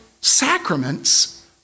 sacraments